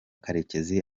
karekezi